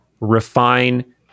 refine